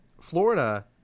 florida